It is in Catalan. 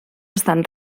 estan